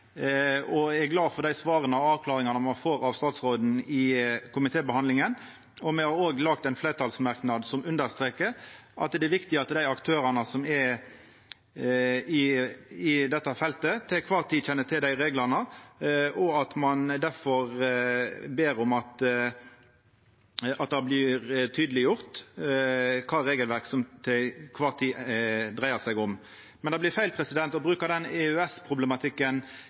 og eg er glad for dei svara og avklaringane me har fått av statsråden i komitébehandlinga. Me har òg lagt inn ein fleirtalsmerknad som understrekar at det er viktig at dei aktørane som er i dette feltet, til kvar tid kjenner til dei reglane, og at ein difor ber om at det blir tydeleggjort kva regelverk det til kvar tid dreiar seg om. Men det blir feil å bruka den